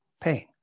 Pain